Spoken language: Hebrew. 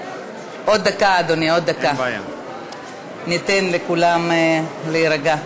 עוד דקה, ניתן לכולם להירגע.